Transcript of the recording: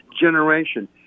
generation